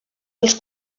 els